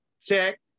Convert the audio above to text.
Check